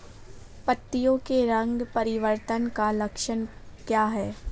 पत्तियों के रंग परिवर्तन का लक्षण क्या है?